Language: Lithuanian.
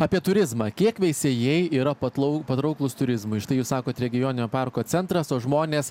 apie turizmą kiek veisiejai yra patlau patrauklūs turizmui štai jūs sakote regioninio parko centras o žmonės